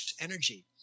energy